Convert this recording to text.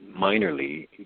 minorly